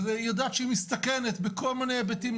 היא יודעת שהיא מסתכנת בכל מיני היבטים,